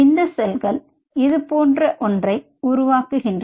இந்த செல்கள் இது போன்ற ஒன்றை உருவாக்குகின்றன